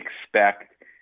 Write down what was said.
expect